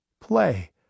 play